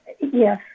Yes